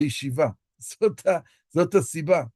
ישיבה. זאת הסיבה.